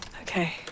Okay